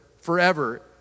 forever